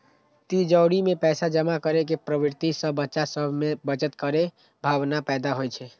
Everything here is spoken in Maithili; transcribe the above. तिजौरी मे पैसा जमा करै के प्रवृत्ति सं बच्चा सभ मे बचत केर भावना पैदा होइ छै